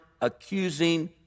accusing